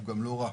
אבל גם לא רע.